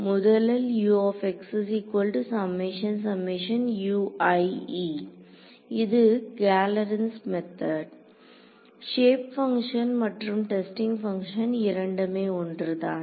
முதலில் இது Galerkin's method shape function மற்றும் டெஸ்டிங் பங்க்ஷன் இரண்டுமே ஒன்றுதான்